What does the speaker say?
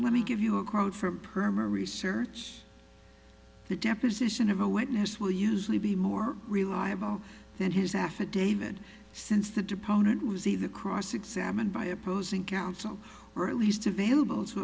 let me give you a quote from perma research the deposition of a witness will usually be more reliable than his affidavit since the deponent was either cross examined by opposing counsel or at least available to